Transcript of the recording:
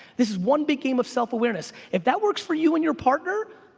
this one big game of self awareness. if that works for you and your partner,